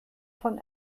von